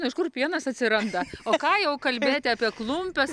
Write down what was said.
iš kur pienas atsiranda o ką jau kalbėti apie klumpes